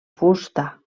fusta